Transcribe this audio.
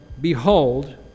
behold